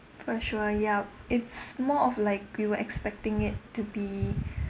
for sure ya it's more of like we were expecting it to be